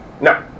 no